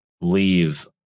leave